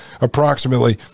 approximately